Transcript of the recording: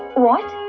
what!